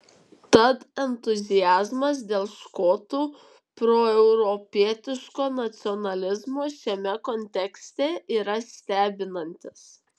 tad entuziazmas dėl škotų proeuropietiško nacionalizmo šiame kontekste yra stebinantis